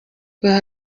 guha